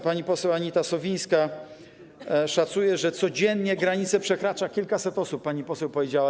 Pani poseł Anita Sowińska szacuje, że codziennie granicę przekracza kilkaset osób, tak pani poseł powiedziała.